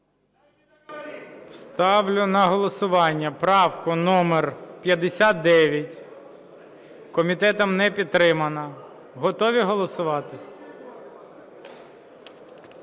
Ставлю на голосування правку номер 59. Комітетом не підтримана. Готові голосувати?